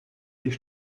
sich